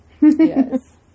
Yes